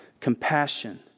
compassion